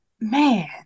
man